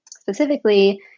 specifically